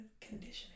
conditioning